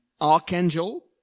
archangel